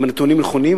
אם הנתונים נכונים,